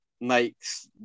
makes